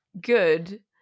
good